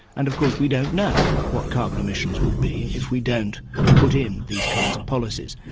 and of course, we don't know what carbon emissions would be if we don't put in these kinds of policies.